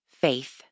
faith